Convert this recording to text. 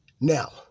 Now